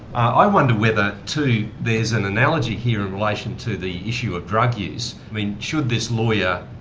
i wonder whether, too, there's an analogy here in relation to the issue of drug use. i mean, should this lawyer,